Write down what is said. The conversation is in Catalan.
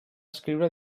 escriure